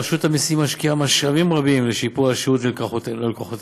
רשות המסים משקיעה משאבים רבים בשיפור השירות ללקוחותיה,